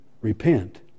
repent